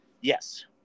Yes